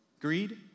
greed